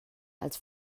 als